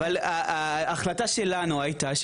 ההחלטה שלנו הייתה,